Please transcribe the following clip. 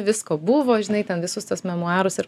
visko buvo žinai ten visus tuos memuarus ir